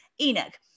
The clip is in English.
Enoch